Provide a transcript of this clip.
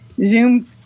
Zoom